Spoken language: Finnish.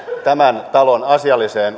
tämän talon asialliseen